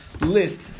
list